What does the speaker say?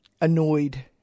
annoyed